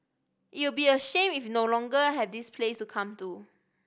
it'll be a shame if we no longer have this place to come to